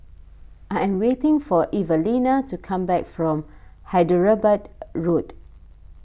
I am waiting for Evalena to come back from Hyderabad Road